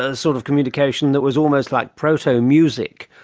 ah sort of communication that was almost like proto music,